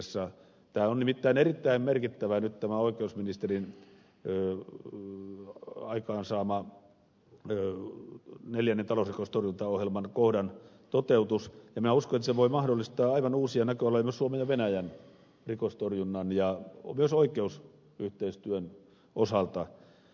on nimittäin erittäin merkittävä nyt tämä oikeusministerin aikaansaama neljännen talousrikostorjuntaohjelman kohdan toteutus ja minä uskon että se voi mahdollistaa aivan uusia näköaloja myös suomen ja venäjän rikostorjunnan ja myös oikeusyhteistyön osalta